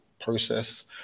process